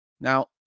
Now